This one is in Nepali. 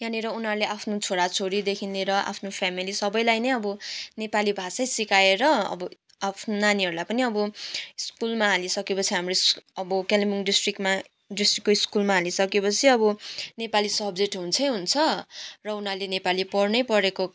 यहाँनिर उनीहरूले आफ्नो छोराछोरीदेखि लिएर आफ्नो फेमेली सबैलाई नै अब नेपाली भाषै सिकाएर अब आफ्नो नानीहरूलाई पनि अब स्कुलमा हालिसके पछि हाम्रो अब कालिम्पोङ डिस्ट्रिक्टमा डिस्ट्रिक्टको स्कुलमा हालिसक्यो पछि अब नेपाली सब्जेक्ट हुन्छै हुन्छ र उनीहरूले नेपाली पढ्नै परेको